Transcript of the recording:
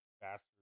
faster